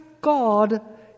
God